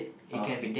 okay